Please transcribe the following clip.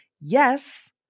yes